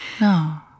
No